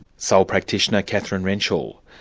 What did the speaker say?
sole practitioner, kathryn renshall.